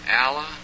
Allah